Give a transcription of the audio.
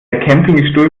campingstuhl